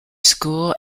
school